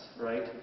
right